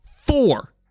four